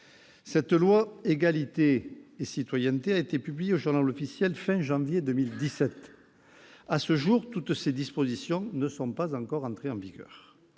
Cette loi Égalité et citoyenneté a été publiée au à la fin de janvier 2017. À ce jour, toutes ses dispositions ne sont pas encore entrées en vigueur,